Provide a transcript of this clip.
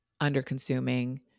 under-consuming